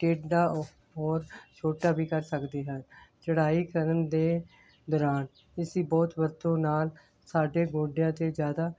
ਟੇਡਾ ਔਰ ਛੋਟਾ ਵੀ ਕਰ ਸਕਦੇ ਹੈ ਚੜ੍ਹਾਈ ਕਰਨ ਦੇ ਦੌਰਾਨ ਇਸਦੀ ਬਹੁਤ ਵਰਤੋਂ ਨਾਲ ਸਾਡੇ ਗੋਡਿਆਂ 'ਤੇ ਜ਼ਿਆਦਾ